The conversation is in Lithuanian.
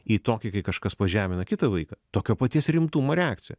į tokį kai kažkas pažemina kitą vaiką tokio paties rimtumo reakcija